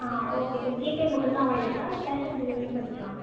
ஆ okay sir GPay மட்டும் தான் அவைலபுளா இல்லை கேஷ் ஆன் டெலிவரியும் பண்ணிக்கிலாமா